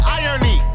irony